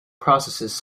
processes